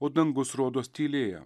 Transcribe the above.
o dangus rodos tylėjo